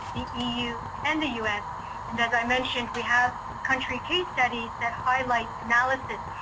the eu and the us and as i mentioned we have country case studies that highlight analysis.